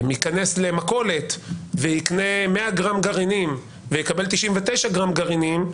נכנס למכולת ויקנה 100 גרם גרעינים ויקבל 99 גרם גרעינים,